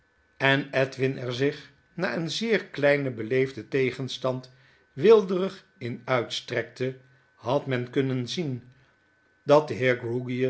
en edwin er zich na een zeer kleinen beleefden tegenstand weelderig in uitstrekte had men kunnen zien dat de